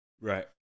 Right